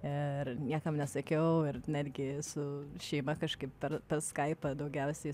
ir niekam nesakiau ir netgi su šeima kažkaip per skaipą daugiausiai